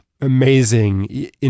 amazing